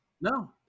no